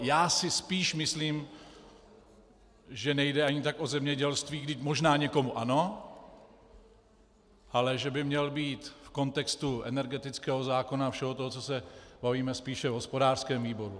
Já si spíš myslím, že nejde ani tak o zemědělství, byť možná někomu ano, ale že by měl být v kontextu energetického zákona a všeho toho, o čemž se bavíme, spíše v hospodářském výboru.